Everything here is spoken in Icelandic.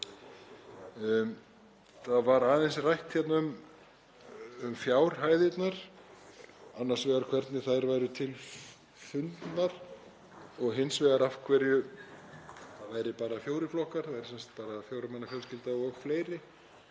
Það var aðeins rætt um fjárhæðirnar, annars vegar hvernig þær væru til fundnar og hins vegar af hverju það væru bara fjórir flokkar, að það væri sem sagt bara fjögurra manna fjölskylda og fleiri.